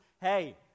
Hey